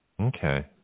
Okay